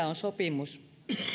on sopimus